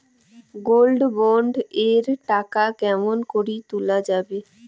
Gold bond এর টাকা কেমন করি তুলা যাবে?